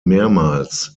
mehrmals